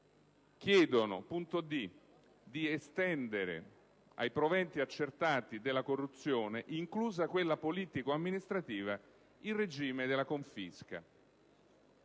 chiedono di estendere ai proventi accertati della corruzione - inclusa quella politico-amministrativa - il regime della confisca